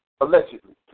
Allegedly